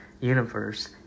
universe